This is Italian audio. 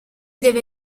deve